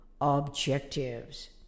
objectives